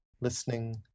listening